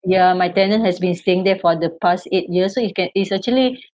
ya my tenant has been staying there for the past eight years so you can it's actually